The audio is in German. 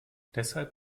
deshalb